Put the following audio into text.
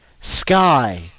Sky